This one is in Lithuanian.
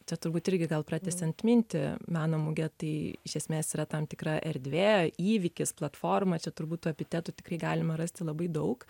čia turbūt irgi gal pratęsiant mintį meno mugė tai iš esmės yra tam tikra erdvė įvykis platformose turbūt tų epitetų tikrai galima rasti labai daug